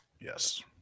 Yes